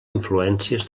influències